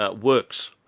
works